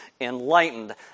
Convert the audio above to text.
enlightened